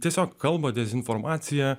tiesiog kalba dezinformaciją